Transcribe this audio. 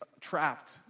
trapped